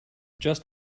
just